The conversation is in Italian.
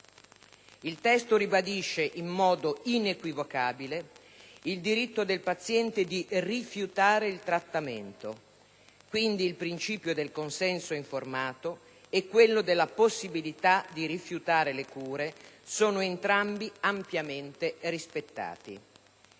Il testo ribadisce in modo inequivocabile il diritto del paziente di rifiutare il trattamento, quindi il principio del consenso informato e quello della possibilità di rifiutare le cure sono entrambi ampiamente rispettati.